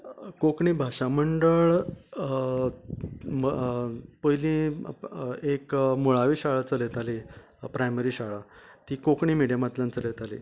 कोंकणी भाशा मंडळ पयलीं एक कोंकणी मुळावी शाळा चलयताली प्रायमरी शाळा ती कोंकणी मिडियमांतल्यान चलयतालीं